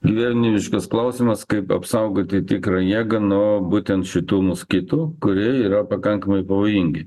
gyvenimiškas klausimas kaip apsaugoti tikrą jėgą būtent nuo šitų moskitų kurie yra pakankamai pavojingi